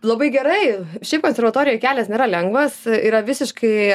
labai gerai šiaip konservatorijoj kelias nėra lengvas yra visiškai